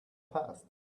passed